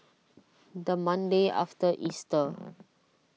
the Monday after Easter